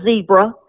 zebra